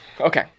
okay